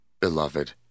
Beloved